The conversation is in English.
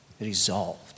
resolved